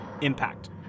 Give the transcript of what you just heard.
impact